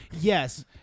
Yes